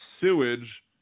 sewage